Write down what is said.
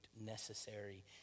necessary